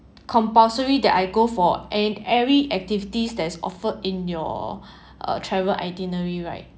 compulsory that I go for ev~ every activities that's offered in your travel itinerary right